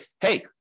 hey